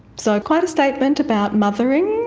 so, quite a statement about mothering,